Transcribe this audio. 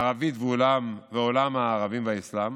ערבית ועולם הערבים והאסלאם,